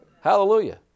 Hallelujah